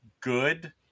good